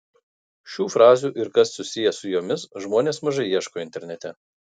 šių frazių ir kas susiję su jomis žmonės mažai ieško internete